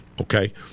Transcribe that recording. Okay